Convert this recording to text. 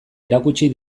erakutsi